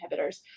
inhibitors